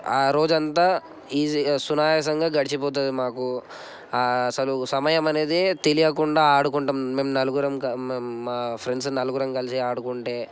ఆ రోజంతా ఈజీగా సునాయాసంగా గడిచిపోతుంది మాకు అసలు సమయం అనేది తెలియకుండా ఆడుకుంటాం మేం నలుగురు మా మా ఫ్రెండ్స్ నలుగురు కలిసి ఆడుకుంటే